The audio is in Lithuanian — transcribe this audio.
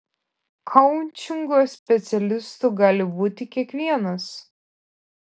koučingo specialistu gali būti kiekvienas